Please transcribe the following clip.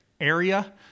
area